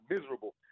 miserable